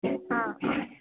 ಹಾಂ